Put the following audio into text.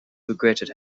regretted